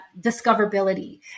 discoverability